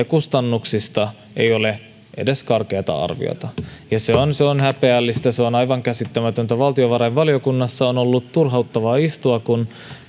kustannuksista ei ole edes karkeata arviota se on häpeällistä se on aivan käsittämätöntä valtiovarainvaliokunnassa on ollut turhauttavaa istua kun